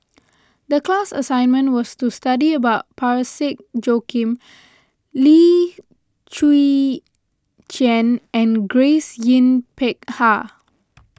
the class assignment was to study about Parsick Joaquim Lim Chwee Chian and Grace Yin Peck Ha